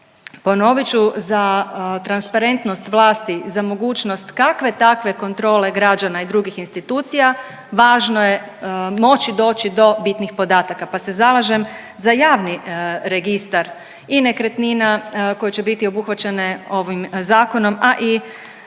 Ponovit ću za transparentnost vlasti, za mogućnost kakve-takve kontrole građana i drugih institucija važno je moći doći do bitnih podataka, pa se zalažem za javni registar i nekretnina koje će biti obuhvaćene ovim zakonom, a i